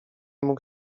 mógł